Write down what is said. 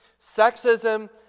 sexism